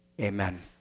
Amen